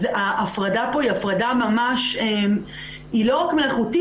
ההפרדה פה היא לא רק מלאכותית,